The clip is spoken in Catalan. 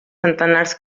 centenars